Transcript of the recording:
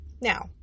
Now